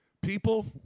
People